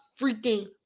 freaking